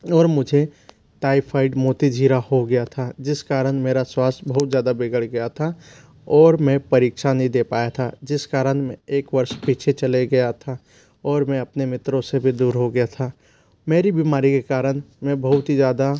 और मुझे टाइफाॅइड मोतीझरा हो गया था जिस कारण मेरा स्वास्थय बहुत ज़्यादा बिगड़ गया था और मैं परीक्षा नहीं दे पाया था जिस कारण मैं एक वर्ष पीछे चले गया था और मैं अपने मित्रों से भी दूर हो गया था मेरी बीमारी के कारण मैं बहुत ही ज़्यादा